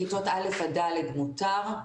כיתות א' עד ד' מותר.